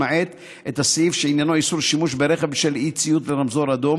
למעט הסעיף שעניינו איסור שימוש ברכב בשל אי-ציות לרמזור אדום.